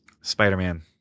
Spider-Man